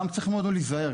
גם צריך מאוד להיזהר,